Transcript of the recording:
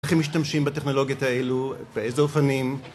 איך הם משתמשים בטכנולוגיות האלו? באיזה אופנים?